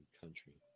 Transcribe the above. country